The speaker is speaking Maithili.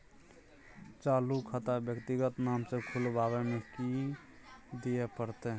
चालू खाता व्यक्तिगत नाम से खुलवाबै में कि की दिये परतै?